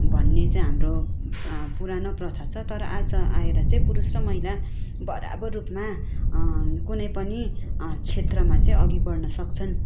भन्ने चाहिँ हाम्रो पुरानो प्रथा छ तर आज आएर चाहिँ पुरुष र महिला बराबर रुपमा कुनै पनि क्षेत्रमा चाहिँ अघि बढ्न सक्छन्